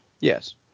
Yes